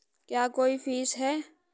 क्या कोई फीस है?